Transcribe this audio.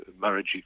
marriage